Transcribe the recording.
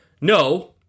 No